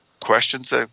questions